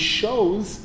shows